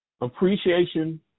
Appreciation